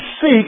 seek